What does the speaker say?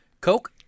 Coke